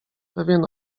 pewien